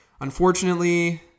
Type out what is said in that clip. Unfortunately